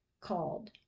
called